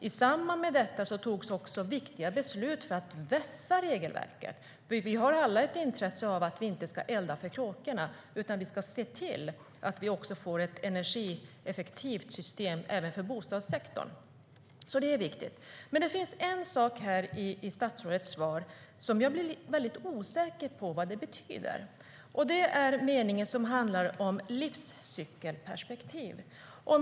I samband med detta fattades också viktiga beslut för att vässa regelverket. Vi har alla ett intresse av att vi inte ska elda för kråkorna. Vi ska se till att vi får ett energieffektivt system även för bostadssektorn. Det är viktigt. Det finns en sak i statsrådets svar där jag blir väldigt osäker på vad det betyder. Det är meningen som handlar om livscykelperspektiv.